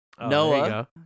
Noah